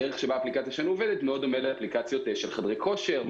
הדרך בה האפליקציה שלנו עובדת דומה מאד לאפליקציות של חדרי כושר,